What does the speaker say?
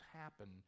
happen